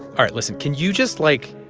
ah right. listen. can you just, like,